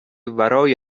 ورای